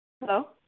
Hello